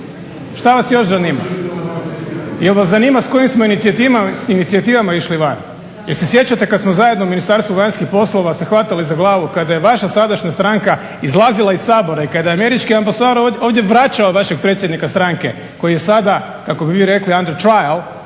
Šta vas još zanima? Jel vas zanima s kojim smo inicijativama išli van, jel se sjećate kad smo zajedno u Ministarstvu vanjskih poslova se hvatali za glavu kad je vaša sadašnja stranka izlazila iz Sabora, i kada je američki ambasador ovdje vraćao vašeg predsjednika stranke koji je sada under the